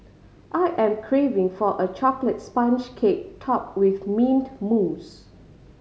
I am craving for a chocolate sponge cake top with mint mousse